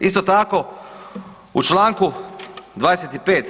Isto tako, u članku 25.